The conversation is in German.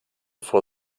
vor